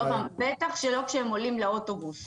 בטח לא כשהם עולים לאוטובוס.